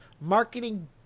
marketing